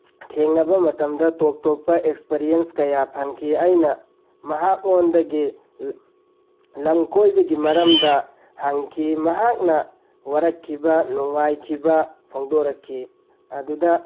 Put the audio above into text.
ꯊꯦꯡꯅꯕ ꯃꯇꯝꯗ ꯇꯣꯞ ꯇꯣꯞꯄ ꯑꯦꯛꯁꯄꯤꯔꯤꯌꯦꯟꯁ ꯀꯌꯥ ꯐꯪꯈꯤ ꯑꯩꯅ ꯃꯍꯥꯛꯉꯣꯟꯗꯒꯤ ꯂꯝ ꯀꯣꯏꯕꯒꯤ ꯃꯔꯝꯗ ꯍꯪꯈꯤ ꯃꯍꯥꯛꯅ ꯋꯥꯔꯛꯈꯤꯕ ꯅꯨꯡꯉꯥꯏꯈꯤꯕ ꯐꯣꯡꯗꯣꯔꯛꯈꯤ ꯑꯗꯨꯗ